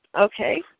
Okay